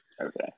Okay